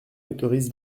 autorise